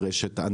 היא רשת ענק.